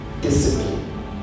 discipline